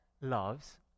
loves